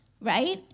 right